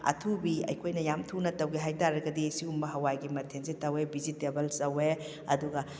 ꯑꯊꯨꯕꯤ ꯑꯩꯈꯣꯏꯅ ꯌꯥꯝ ꯊꯨꯅ ꯇꯧꯒꯦ ꯍꯥꯏꯇꯥꯔꯒꯗꯤ ꯁꯤꯒꯨꯝꯕ ꯍꯋꯥꯏꯒꯤ ꯃꯊꯦꯜꯁꯦ ꯇꯧꯋꯦ ꯚꯤꯖꯤꯇꯦꯕꯜꯁ ꯇꯧꯋꯦ ꯑꯗꯨꯒ